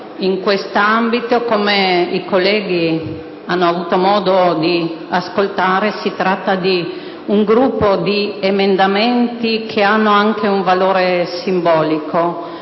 in quest'ambito. Come i colleghi hanno avuto modo di ascoltare, si tratta di un gruppo di emendamenti che hanno anche un valore simbolico,